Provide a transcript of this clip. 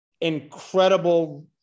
incredible